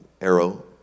arrow